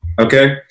Okay